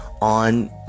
on